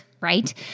right